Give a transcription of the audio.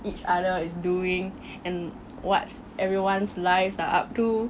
each other is doing and what's everyone's lives are up to